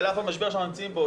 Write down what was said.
על אף המשבר שאנחנו נמצאים בו,